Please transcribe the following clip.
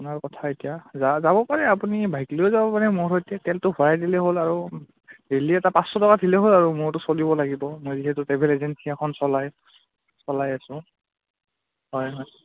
আপোনাৰ কথা এতিয়া যাব পাৰে আপুনি বাইক লৈয়ো যাব পাৰে মোৰ সৈতে তেলটো ভৰাই দিলেই হ'ল আৰু ডেইলি এটা পাঁচশ টকা দিলেই হ'ল আৰু মোৰতো চলিব লাগিব মই যিহেতু ট্ৰেভেল এজেঞ্চি এখন চলাই চলাই আছোঁ হয় হয়